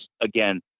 again